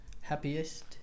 happiest